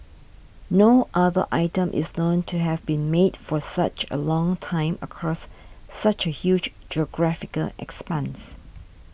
no other item is known to have been made for such a long time across such a huge geographical expanse